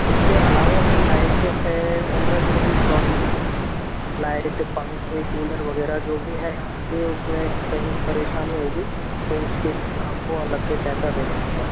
उसके अलावा जो लाइट है उनमें जो भी प्रॉब्लम होगी लाइट पंखे कूलर वगैरह जो भी है आपके उसमें कहीं परेशानी होंगी तो उसके लिए आपको अलग से पैसा देना होगा